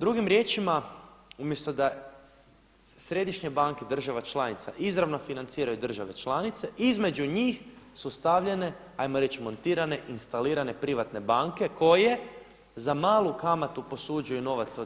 Drugim riječima umjesto da središnje banke, država članica, izravno financiraju države članice između njih su stavljene, ajmo reći montirane, instalirane privatne banke koje za malu kamatu posuđuju novac